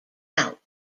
out